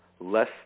Less